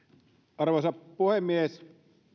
arvoisa puhemies